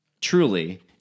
truly